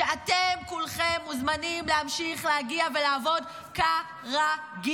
שאתם כולכם מוזמנים להמשיך להגיע ולעבוד כ-ר-גיל,